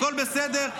הכול בסדר.